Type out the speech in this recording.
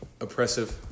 oppressive